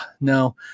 no